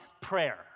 prayer